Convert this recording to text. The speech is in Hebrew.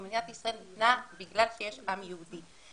מדינת ישראל הוקמה מכיוון שיש עם יהודי.